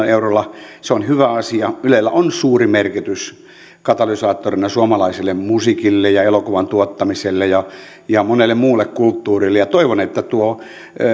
eurolla on hyvä asia ylellä on suuri merkitys katalysaattorina suomalaiselle musiikille ja elokuvan tuottamiselle ja ja monelle muulle kulttuurille ja toivon että tuo